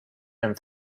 and